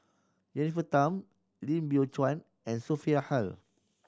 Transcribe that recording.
Jennifer Tham Lim Biow Chuan and Sophia Hull